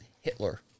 Hitler